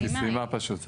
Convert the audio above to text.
סליחה, היא סיימה פשוט.